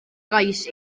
gais